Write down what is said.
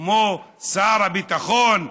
כמו שר הביטחון,